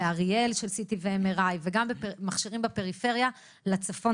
באריאל CT ו-MRI וגם מכשירים לפריפריה בצפון